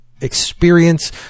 experience